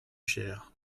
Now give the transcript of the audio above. chères